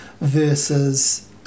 versus